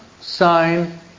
sign